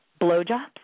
blowjobs